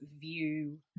view